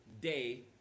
day